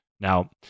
Now